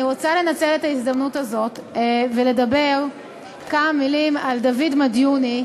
אני רוצה לנצל את ההזדמנות הזאת ולדבר כמה מילים על דוד מדיוני,